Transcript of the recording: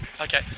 Okay